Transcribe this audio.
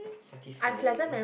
satisfying